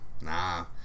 Nah